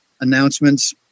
announcements